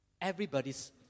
Everybody's